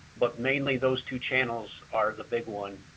but mainly those two channels are the big one.